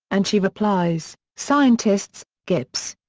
and she replies, scientists, gibbs!